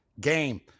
game